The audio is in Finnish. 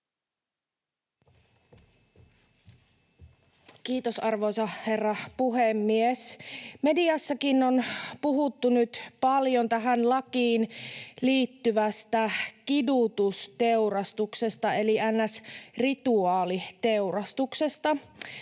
Kiitos, arvoisa herra puhemies! Mediassakin on puhuttu nyt paljon tähän lakiin liittyvästä kidutusteurastuksesta eli ns. rituaaliteurastuksesta.